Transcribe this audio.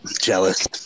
Jealous